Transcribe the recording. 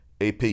AP